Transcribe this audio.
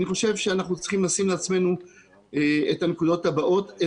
אני חושב שאנחנו צריכים לשים אל מול עינינו את הנקודות הבאות.